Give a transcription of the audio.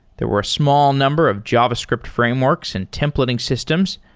there were a small number of javascript frameworks and templating systems.